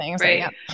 Right